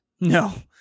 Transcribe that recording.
No